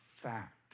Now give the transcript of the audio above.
fact